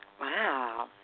Wow